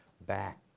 back